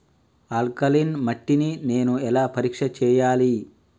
Alkaline మట్టి ని నేను ఎలా పరీక్ష చేయాలి?